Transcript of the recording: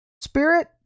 spirit